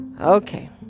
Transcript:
Okay